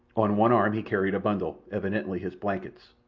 on one arm he carried a bundle, evidently his blankets.